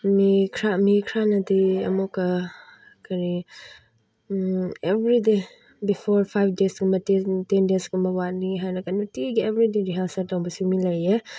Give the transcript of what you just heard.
ꯃꯤ ꯈꯔ ꯃꯤ ꯈꯔꯅꯗꯤ ꯑꯃꯨꯛꯀ ꯀꯔꯤ ꯑꯦꯚ꯭ꯔꯤꯗꯦ ꯕꯤꯐꯣꯔ ꯐꯥꯏꯚ ꯗꯦꯁꯒꯨꯝꯕ ꯇꯦꯟ ꯗꯦꯁꯀꯨꯝꯕ ꯋꯥꯠꯂꯤ ꯍꯥꯏꯔꯒ ꯅꯨꯡꯇꯤꯒꯤ ꯑꯦꯚ꯭ꯔꯤꯗꯦ ꯔꯤꯍꯥꯔꯁꯦꯜ ꯇꯧꯕꯁꯨ ꯃꯤ ꯂꯩꯌꯦ